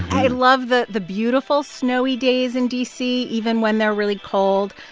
i love the the beautiful snowy days in d c. even when they're really cold.